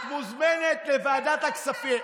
את מוזמנת לוועדת הכספים.